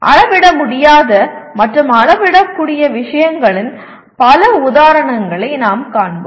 அளவிட முடியாத மற்றும் அளவிடக்கூடிய விஷயங்களின் பல உதாரணங்களை நாம் காண்போம்